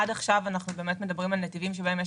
עד עכשיו מדברים על נתיבים שבהם יש